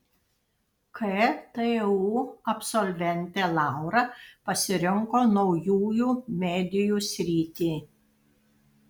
ktu absolventė laura pasirinko naujųjų medijų sritį